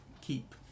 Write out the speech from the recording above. keep